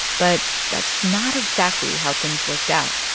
but that's not exactly how things worked out